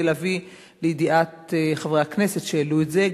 להביא לידיעת חברי הכנסת שהעלו את זה,